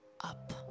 up